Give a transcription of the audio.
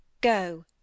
Go